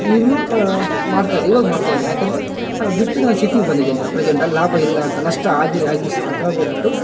ಈಗ್ಲೂ ಮಾಡ್ತ ಇಲ್ಲಿ ಇವಾಗ ಮಾಡ್ತಾ ಇಲ್ಲ ಯಾಕಂದರೆ ಬಿಟ್ಟು ನಾ ಸಿಟೀಗೆ ಬಂದಿದ್ದೇನೆ ಪ್ರಜಂಟ್ ಅಲ್ಲಿ ಲಾಭ ಇಲ್ಲ ಅಂತ ನಷ್ಟ ಆಗಿ ಆಗಿ ಸಾಕಾಗಿ ಹೋಗ್ಬಿಟ್ಟು